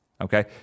okay